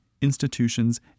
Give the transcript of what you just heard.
institutions